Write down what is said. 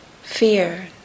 fear